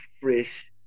fresh